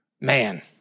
Man